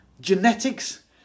Genetics